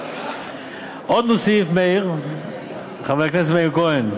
עוד נוסיף, חבר הכנסת מאיר כהן,